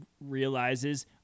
realizes